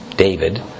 David